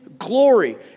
Glory